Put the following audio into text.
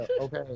Okay